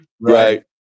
Right